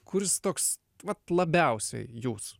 kuris toks vat labiausiai jūs